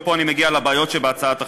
ופה אני מגיע לבעיות שבהצעת החוק.